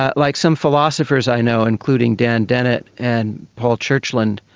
ah like some philosophers i know including dan dennett and paul churchland,